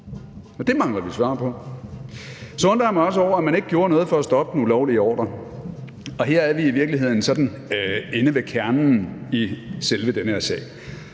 Og det mangler vi svar på. Så undrer jeg mig også over, at man ikke gjorde noget for at stoppe den ulovlige ordre. Og her er vi i virkeligheden sådan inde ved kernen i selve den her sag.